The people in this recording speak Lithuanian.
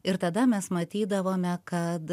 ir tada mes matydavome kad